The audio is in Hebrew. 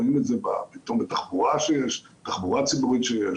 רואים פתאום בתחבורה הציבורית שיש,